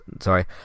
sorry